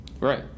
Right